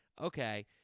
okay